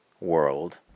world